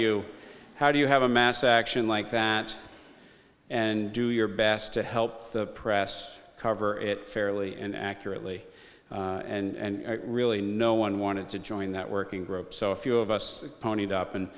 you how do you have a mass action like that and do your best to help the press cover it fairly and accurately and really no one wanted to join that working group so a few of us ponied up and